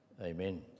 amen